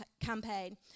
campaign